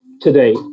today